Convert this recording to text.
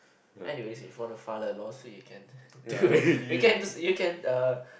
anyways if you want to file a lawsuit you can dude you can err